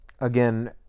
again